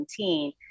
2017